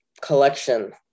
Collection